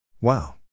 Wow